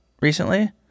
recently